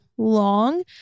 long